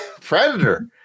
Predator